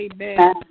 amen